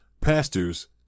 pastors